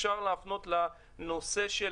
אפשר להפנות לנושא של